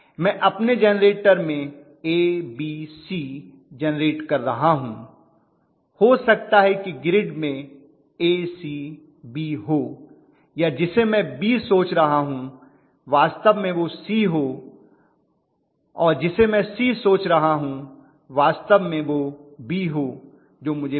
मैं अपने जेनरेटर में एबीसी जेनरेट कर रहा हूं हो सकता है कि ग्रिड में एसीबी हो या जिसे मैं बी सोच रहा हूं वास्तव में वह सी हो और जिसे मैं सी सोच रहा हूं वास्तव में वह बी हो जो मुझे नहीं पता